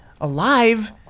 alive